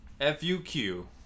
F-U-Q